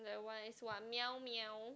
the one is what meow meow